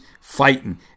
fighting